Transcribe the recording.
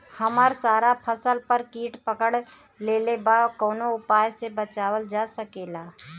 हमर सारा फसल पर कीट पकड़ लेले बा कवनो उपाय से बचावल जा सकेला?